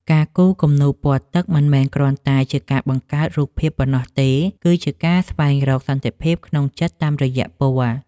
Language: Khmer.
ការគូរគំនូរពណ៌ទឹកមិនមែនគ្រាន់តែជាការបង្កើតរូបភាពប៉ុណ្ណោះទេ គឺជាការស្វែងរកសន្តិភាពក្នុងចិត្តតាមរយៈពណ៌។